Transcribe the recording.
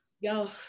y'all